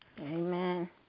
Amen